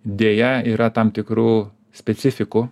deja yra tam tikrų specifikų